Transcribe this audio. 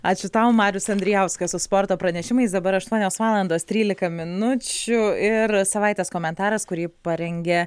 ačiū tau marius andrijauskas su sporto pranešimais dabar aštuonios valandos trylika minučių ir savaitės komentaras kurį parengė